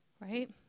right